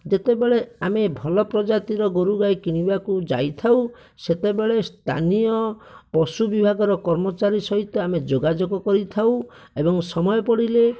ଯେତେବେଳେ ଆମେ ଭଲ ପ୍ରଜାତିର ଗୋରୁ ଗାଈ କିଣିବାକୁ ଯାଇଥାଉ ସେତେବେଳେ ସ୍ଥାନୀୟ ପଶୁ ବିଭାଗର କର୍ମଚାରୀ ସହିତ ଆମେ ଯୋଗାଯୋଗ କରିଥାଉ ଏବଂ ସମୟ ପଡ଼ିଲେ